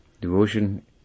Devotion